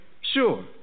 Sure